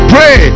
Pray